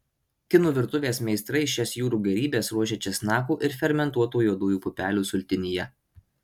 kinų virtuvės meistrai šias jūrų gėrybes ruošia česnakų ir fermentuotų juodųjų pupelių sultinyje